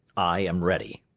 i am ready.